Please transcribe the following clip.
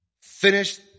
finish